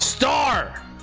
star